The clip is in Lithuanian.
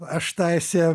aš tą esė